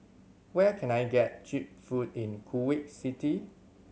where can I get cheap food in Kuwait City